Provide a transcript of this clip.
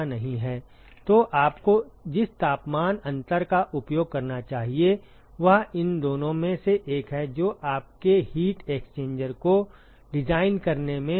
तो आपको जिस तापमान अंतर का उपयोग करना चाहिए वह इन दोनों में से एक है जो आपके हीट एक्सचेंजर को डिजाइन करने में महत्वपूर्ण भूमिका निभाता है